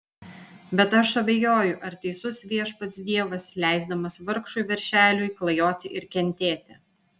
bet aš abejoju ar teisus viešpats dievas leisdamas vargšui veršeliui klajoti ir kentėti